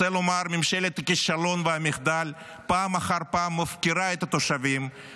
אני רוצה לומר שממשלת הכישלון והמחדל מפקירה את התושבים פעם אחר פעם,